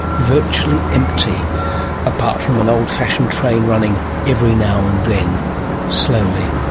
virtually empty apart from an old-fashioned train running every now and then slowly.